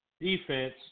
Defense